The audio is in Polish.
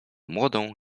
młodą